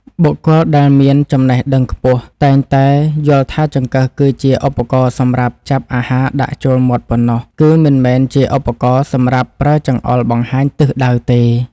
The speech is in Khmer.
បុគ្គលដែលមានចំណេះដឹងខ្ពស់តែងតែយល់ថាចង្កឹះគឺជាឧបករណ៍សម្រាប់ចាប់អាហារដាក់ចូលមាត់ប៉ុណ្ណោះ គឺ មិនមែនជាឧបករណ៍សម្រាប់ប្រើចង្អុលបង្ហាញទិសដៅទេ។